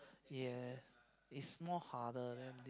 yes its more harder than this